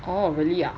oh really ah